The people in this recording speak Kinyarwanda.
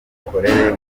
imikorere